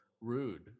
rude